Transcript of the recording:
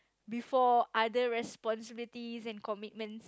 before other responsibilities and commitments